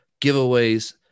giveaways